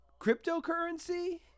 cryptocurrency